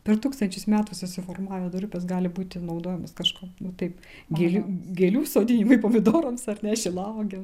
per tūkstančius metų susiformavę durpės gali būti naudojamos kažko taip gėlių gėlių sodinimui pomidorams ar ne šilauogėm